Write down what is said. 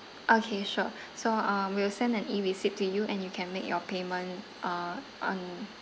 okay sure so um we will send an e receipt to you and you can make your payment uh on